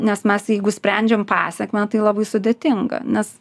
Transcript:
nes mes jeigu sprendžiam pasekmę tai labai sudėtinga nes